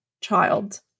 child